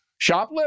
Shoplift